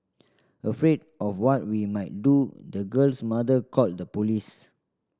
afraid of what we might do the girl's mother called the police